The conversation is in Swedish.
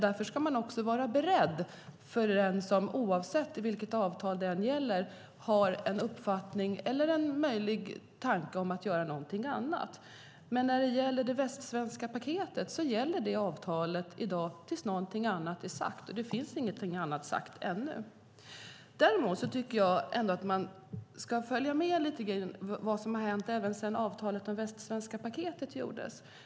Därför ska man vara beredd, oavsett vilket avtal det gäller, på att någon kan ha en annan uppfattning eller möjlig tanke om att göra någonting annat. När det gäller det västsvenska paketet gäller avtalet i dag tills något annat är sagt, och det finns inget annat sagt ännu. Jag tycker att man ska följa med lite i vad som har hänt även sedan avtalet om västsvenska paketet beslutades.